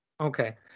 Okay